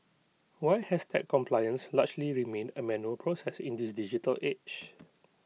why has tax compliance largely remained A manual process in this digital age